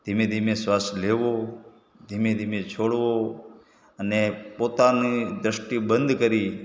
ધીમે ધીમે શ્વાસ લેવો ધીમે ધીમે છોડવો અને પોતાની દૃષ્ટિ બંધ કરી